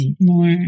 more